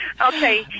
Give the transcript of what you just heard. Okay